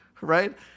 right